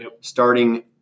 starting